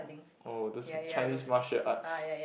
oh those Chinese martial arts